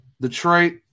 Detroit